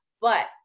But-